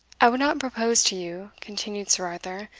i would not propose to you, continued sir arthur,